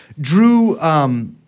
drew –